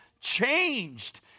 changed